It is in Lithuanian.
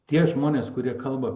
tie žmonės kurie kalba